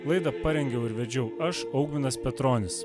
laidą parengiau ir vedžiau aš augminas petronis